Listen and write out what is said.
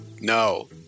No